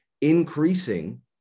increasing